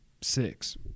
Six